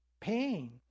pain